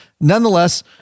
Nonetheless